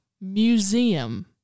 museum